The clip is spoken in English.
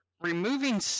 removing